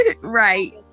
right